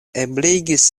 ebligis